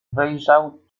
wyjrzał